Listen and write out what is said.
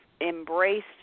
embraced